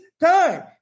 time